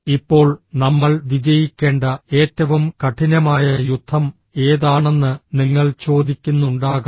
ഇപ്പോൾ നമ്മൾ വിജയിക്കേണ്ട ഏറ്റവും കഠിനമായ യുദ്ധം ഏതാണെന്ന് നിങ്ങൾ ചോദിക്കുന്നുണ്ടാകാം